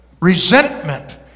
Resentment